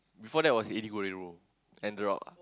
before that was Eddie-Guerrero and the rock ah